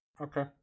Okay